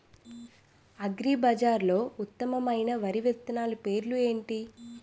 అగ్రిబజార్లో ఉత్తమమైన వరి విత్తనాలు పేర్లు ఏంటి?